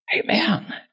Amen